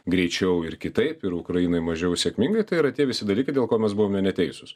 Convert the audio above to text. greičiau ir kitaip ir ukrainai mažiau sėkmingai tai yra tie visi dalykai dėl ko mes buvome neteisūs